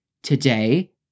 Today